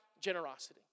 generosity